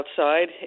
outside